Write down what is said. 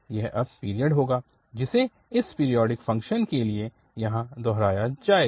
यह अब पीरियड होगा जिसे इस पीरियोडिक फ़ंक्शन के लिए यहाँ दोहराया जाएगा